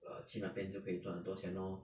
err 去那边 then 就可以赚很多钱 lor